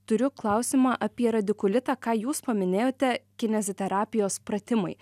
turiu klausimą apie radikulitą ką jūs paminėjote kineziterapijos pratimai